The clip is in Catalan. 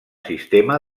sistema